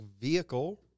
vehicle